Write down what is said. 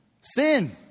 Sin